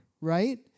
right